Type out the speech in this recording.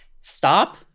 stop